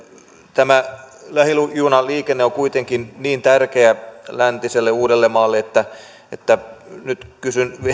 tämä lähijunaliikenne on kuitenkin niin tärkeä läntiselle uudellemaalle että että nyt kysyn